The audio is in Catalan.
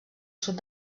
sud